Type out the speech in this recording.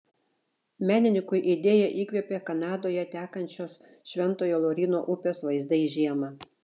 menininkui idėją įkvėpė kanadoje tekančios šventojo lauryno upės vaizdai žiemą